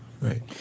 Right